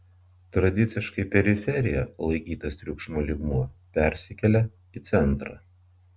tradiciškai periferija laikytas triukšmo lygmuo persikelia į centrą